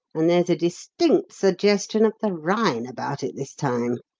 and there's a distinct suggestion of the rhine about it this time.